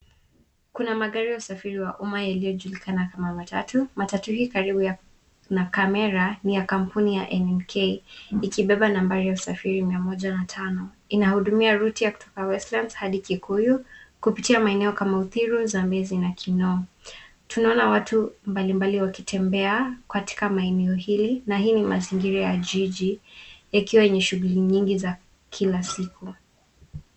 Kuna magari ya usafiri wa umma yaliyojulikana kama matatu. Matatu hii karibu na kamera, ni ya kampuni ya NMK, ikibeba nambari ya usafiri mia moja na tano. Inahudumia ruti ya kutoka Westlands hadi Kikuyu, kupitia maeneo kama Uthiru, Zambezi, na Kinoo. Tunaona watu mbalimbali wakitembea katika maeneo hili, na hii ni mazingira ya jiji, ikiwa yenye shughuli nyingi za kila siku.